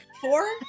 four